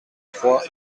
trois